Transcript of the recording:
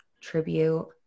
tribute